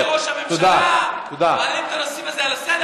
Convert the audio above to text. פניתי לראש הממשלה, יש לך שלוש דקות, תודה.